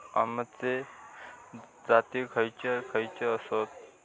अम्याचे जाती खयचे खयचे आसत?